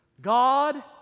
God